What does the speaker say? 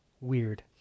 weird